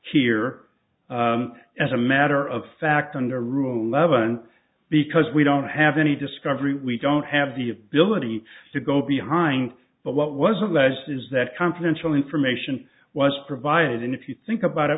here as a matter of fact under rule levon because we don't have any discovery we don't have the ability to go behind but what was alleged is that confidential information was provided and if you think about it